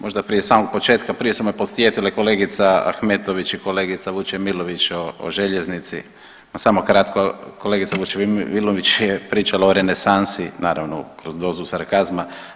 Možda prije samog početka prije su me podsjetile kolegica Ahmetović i kolegica Vučemilović o željeznici, pa samo kratko, kolegica Vučemilović je pričala o renesansi naravno kroz dozu sarkazma.